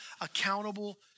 accountable